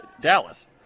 Dallas